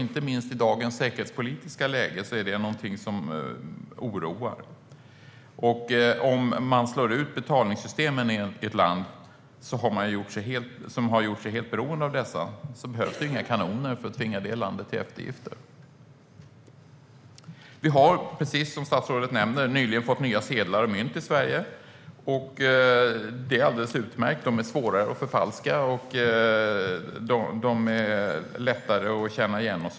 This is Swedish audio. Inte minst i dagens säkerhetspolitiska läge oroar detta. Slår man ut betalsystemen i ett land som gjort sig helt beroende av dessa behövs det inga kanoner för att tvinga detta land till eftergifter. Precis som statsrådet nämnde har vi nyligen fått nya sedlar och mynt i Sverige. Det är utmärkt. De är svårare att förfalska och lättare att känna igen.